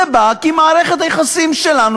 זה בא כי מערכת היחסים שלנו,